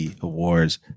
Awards